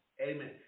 Amen